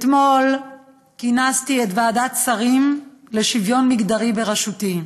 אתמול כינסתי את ועדת השרים לשוויון מגדרי בראשותי.